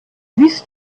wisst